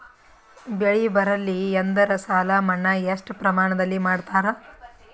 ಬೆಳಿ ಬರಲ್ಲಿ ಎಂದರ ಸಾಲ ಮನ್ನಾ ಎಷ್ಟು ಪ್ರಮಾಣದಲ್ಲಿ ಮಾಡತಾರ?